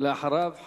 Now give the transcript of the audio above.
ואחריו,